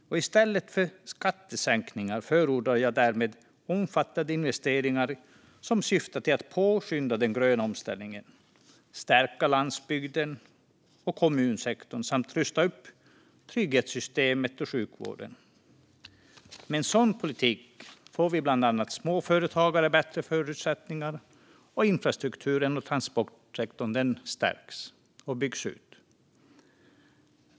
I stället för skattesänkningar förordar jag därför omfattande investeringar som syftar till att påskynda den gröna omställningen, stärka landsbygden och kommunsektorn samt rusta upp trygghetssystemen och sjukvården. Med en sådan politik får bland andra småföretagare bättre förutsättningar, och infrastrukturen och transportsektorn stärks och byggs ut.